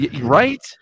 right